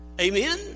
Amen